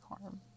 harm